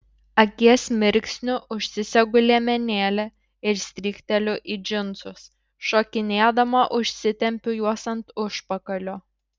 akies mirksniu užsisegu liemenėlę ir strykteliu į džinsus šokinėdama užsitempiu juos ant užpakalio